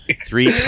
three